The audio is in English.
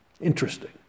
Interesting